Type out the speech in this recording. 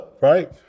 right